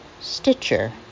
Stitcher